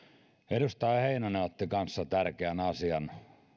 edustaja heinonen otti kanssa tärkeän asian